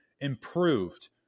improved